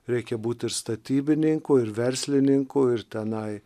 reikia būt ir statybininku ir verslininku ir tenai